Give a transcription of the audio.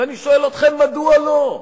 ואני שואל אתכם: מדוע לא?